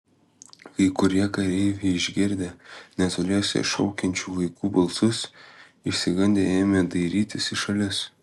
kai kurie kareiviai išgirdę netoliese šaukiančių vaikų balsus išsigandę ėmė dairytis į šalis